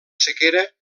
sequera